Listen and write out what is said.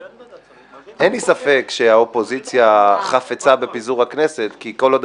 אין לי ספק שהאופוזיציה חפצה בפיזור הכנסת כי כל עוד